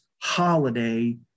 holiday